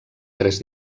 tres